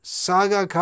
saga